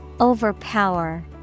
Overpower